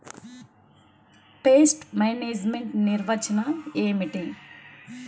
Pest management నిర్వచనం ఏమిటి?